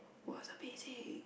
was amazing